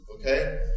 okay